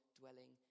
dwelling